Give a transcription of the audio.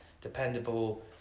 dependable